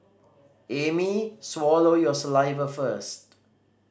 Amy swallow your saliva first